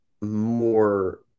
more